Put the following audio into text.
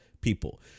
people